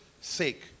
sake